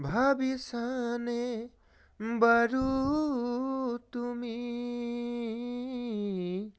ভাবিছানে বাৰু তুমি